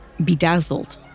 bedazzled